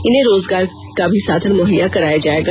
इन्हें रोजगार का भी साधन मुहैया कराया जाएगा